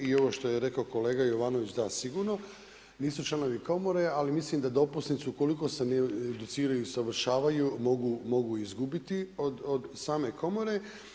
I ovo što je rekao kolega Jovanović, da sigurno, nisu članovi komore, ali mislim da dopusnicu, ukoliko se ne educiraju i usavršavaju, mogu izgubiti od same komore.